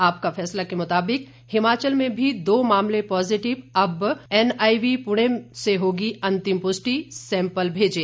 आपका फैसला के मुताबिक हिमाचल में भी दो मामले पॉजिटिव अब एनआईवी पुणे से होगी अंतिम पुष्टि सैंपल भेजे